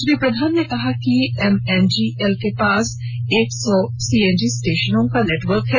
श्री प्रधान ने कहा कि एम एन जी एल के पास एक सौ सी एन जी स्टेशनों का नेटवर्क है